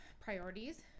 priorities